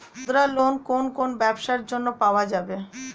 মুদ্রা লোন কোন কোন ব্যবসার জন্য পাওয়া যাবে?